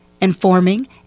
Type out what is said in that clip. informing